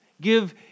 Give